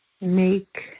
make